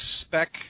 Spec